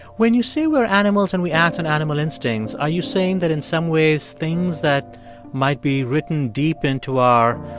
when you say we're animals and we act on animal instincts, are you saying that, in some ways, things that might be written deep into our,